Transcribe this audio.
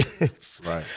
Right